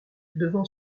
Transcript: devant